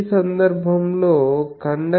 ఆ సందర్భంలో కండక్టెన్స్ సుమారు 0